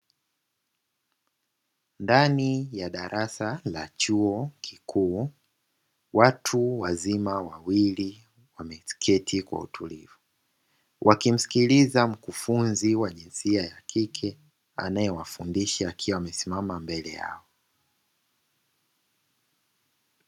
Ndani ya darasa la chuo kikuu watu wazima wawili wameketi kwa utulivu, wakimsikiliza mkufunzi wa jinsia ya kike anayewafundisha akiwa amesimama mbele yao.